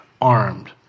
armed